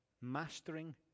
Mastering